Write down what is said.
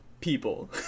people